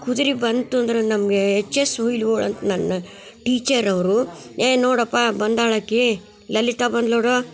ಕುದ್ರೆ ಬಂತು ಅಂದ್ರೆ ನಮಗೆ ಎಚ್ ಎಸ್ ಉಯ್ಲು ಅಂತ ನನ್ನ ಟೀಚರವರು ಏ ನೋಡಪ್ಪ ಬಂದಾಳಕಿ ಲಲಿತಾ ಬಂದ್ಲು ನೋಡೋ